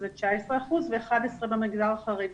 זה 19% ו-11 במגזר החרדי,